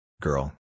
Girl